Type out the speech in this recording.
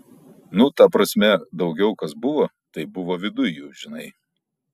nu ta prasme daugiau kas buvo tai buvo viduj jų žinai